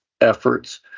efforts